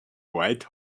white